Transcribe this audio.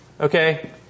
Okay